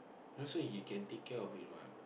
[huh] so he can take care of it what